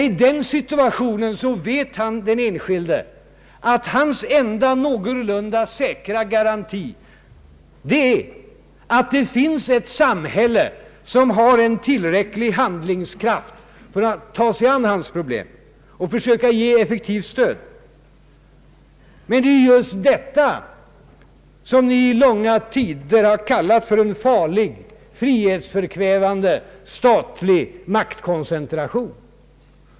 I den situationen vet den enskilde att hans enda någorlunda säkra garanti är att det finns ett samhälle som har en tillräcklig handlingskraft för att ta sig an hans problem och försöka ge effektivt stöd. Men det är just detta som ni i långa tider har kallat för en farlig, frihetsförkvävande statlig maktkoncentration.